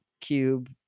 cube